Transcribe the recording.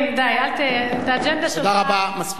את מציעה לברוח.